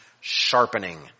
sharpening